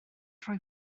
rhoi